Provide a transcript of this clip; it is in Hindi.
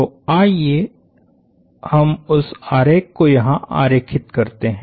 तो आइए हम उस आरेख को यहाँ आरेखित करते हैं